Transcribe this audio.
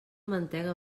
mantega